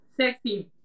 sexy